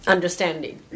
Understanding